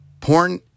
porn